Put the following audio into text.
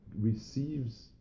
receives